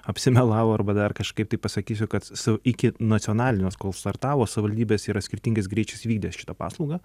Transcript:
apsimelavo arba dar kažkaip tai pasakysiu kad su iki nacionalinės kol startavo savivaldybės yra skirtingais greičiais vykdę šitą paslaugą